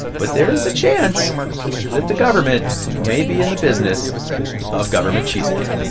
but there is a chance that the government may be in the business of government cheese again.